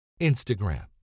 Instagram